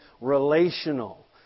relational